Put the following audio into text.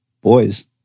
boys